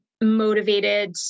motivated